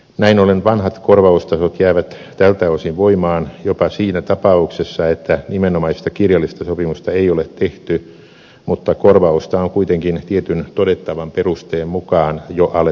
näin ollen vanhat korvaustasot jäävät tältä osin voimaan jopa siinä tapauksessa että nimenomaista kirjallista sopimusta ei ole tehty mutta korvausta on kuitenkin tietyn todettavan perusteen mukaan jo alettu maksaa